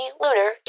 lunar